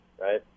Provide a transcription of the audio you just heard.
right